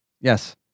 Yes